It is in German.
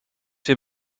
wir